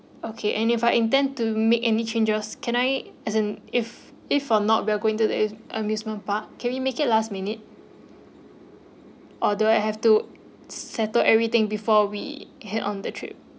okay and if I intend to make any changes can I as in if if for not we're going to the uh amusement park can we make it last minute or do I have to settle everything before we head on the trip